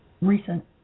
recent